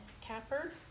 capper